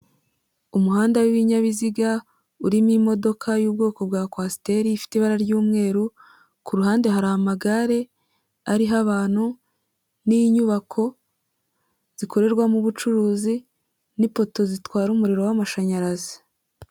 Umuhanda w'ibinyabiziga, urimo imodoka y'ubwoko bwa kwasiteri ifite ibara ry'umweru, ku ruhande hari amagare ariho abantu, n'inyubako zikorerwamo ubucuruzi, n'ipoto zitwara umuriro w'amashanyarazi.